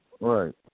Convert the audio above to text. Right